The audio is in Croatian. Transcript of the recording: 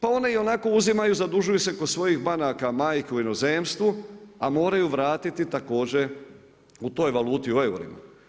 Pa one ionako uzimaju i zadužuju se kod svojih banaka majki u inozemstvu a moraju vratiti također u toj valuti, u eurima.